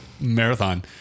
marathon